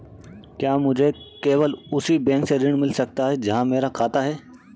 क्या मुझे केवल उसी बैंक से ऋण मिल सकता है जहां मेरा खाता है?